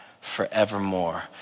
forevermore